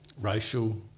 racial